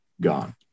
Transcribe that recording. gone